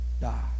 die